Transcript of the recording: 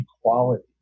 equality